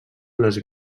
les